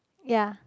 ya